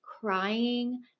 crying